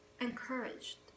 encouraged